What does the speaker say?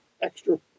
extra